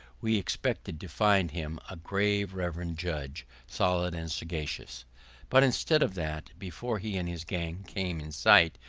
we expected to find him a grave reverend judge, solid and sagacious but instead of that, before he and his gang came in sight,